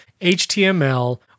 HTML